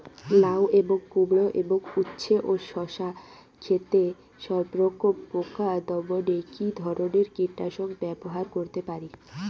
লাউ এবং কুমড়ো এবং উচ্ছে ও শসা ক্ষেতে সবরকম পোকা দমনে কী ধরনের কীটনাশক ব্যবহার করতে পারি?